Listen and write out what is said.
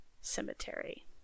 Cemetery